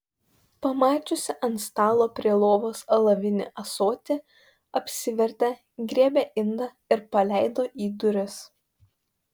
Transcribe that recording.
pamačiusi ant stalo prie lovos alavinį ąsotį apsivertė griebė indą ir paleido į duris